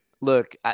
look